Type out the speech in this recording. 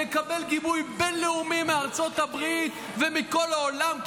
נקבל גיבוי בין-לאומי מארצות הברית ומכל העולם,